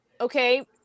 Okay